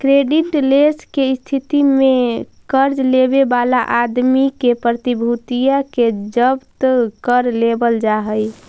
creditless के स्थिति में कर्ज लेवे वाला आदमी के प्रतिभूतिया के जब्त कर लेवल जा हई